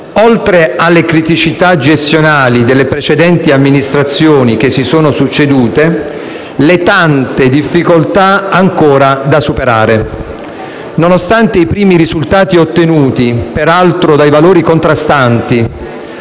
oltre alle criticità gestionali delle precedenti amministrazioni che si sono succedute, le tante difficoltà ancora da superare. Nonostante i primi risultati ottenuti, peraltro dai valori contrastanti,